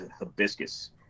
hibiscus